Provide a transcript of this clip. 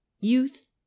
youth